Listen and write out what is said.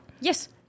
Yes